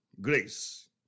grace